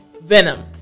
venom